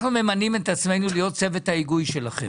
אנחנו ממנים את עצמנו להיות צוות ההיגוי שלכם.